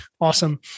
Awesome